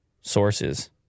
sources